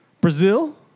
Brazil